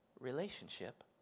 relationship